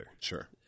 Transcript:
Sure